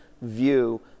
view